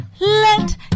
Let